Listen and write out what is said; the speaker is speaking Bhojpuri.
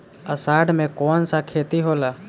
अषाढ़ मे कौन सा खेती होला?